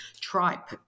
tripe